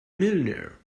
millionaire